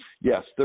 yes